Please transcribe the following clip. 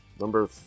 number